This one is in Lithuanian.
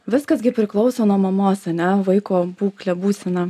viskas gi priklauso nuo mamos ane vaiko būklė būsena